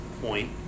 point